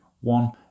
one